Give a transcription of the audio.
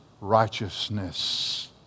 righteousness